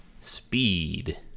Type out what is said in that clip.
speed